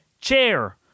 chair